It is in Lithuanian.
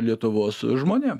lietuvos žmonėm